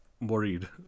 worried